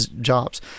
jobs